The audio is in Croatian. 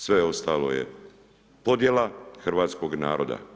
Sve ostalo je podjela hrvatskog naroda.